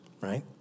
right